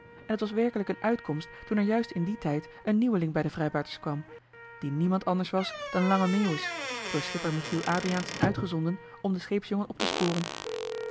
en het was werkelijk een uitkomst toen er juist in dien tijd een nieuweling bij de vrijbuiters kwam die niemand anders was dan lange meeuwis door schipper joh h been paddeltje de scheepsjongen van michiel de ruijter michiel adriaensen uitgezonden om den scheepsjongen op te sporen